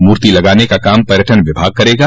मूर्ति लगाने का काम पर्यटन विभाग करेगा